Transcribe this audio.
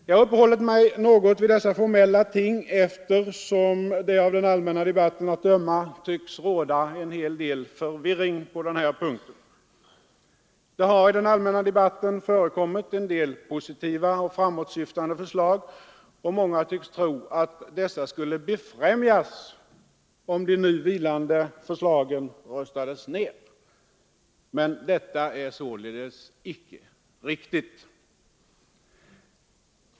Jag har uppehållit mig något vid dessa formella ting, eftersom det av den allmänna debatten att döma tycks råda en hel del förvirring på den här punkten. Det har i den allmänna debatten förekommit en del positiva och framåtsyftande förslag, och många tycks tro att dessa skulle befrämjas om de nu vilande förslagen röstades ner. Men detta är således icke riktigt.